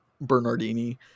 Bernardini